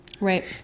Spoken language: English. right